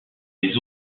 les